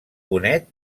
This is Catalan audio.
bonet